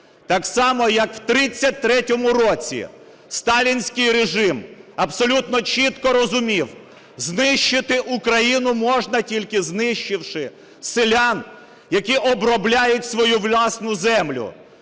Так само, як в 33-му році сталінський режим абсолютно чітко розумів: знищити Україну можна тільки знищивши селян, які обробляють свою власну землю.